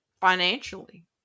financially